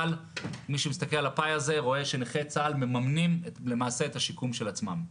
מי שמסתכל על הפאי הזה רואה שנכי צה"ל למעשה מממנים את השיקום של עצמם.